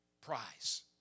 prize